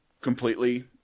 completely